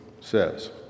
says